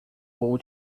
vou